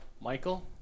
Michael